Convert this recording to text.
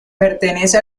pertenece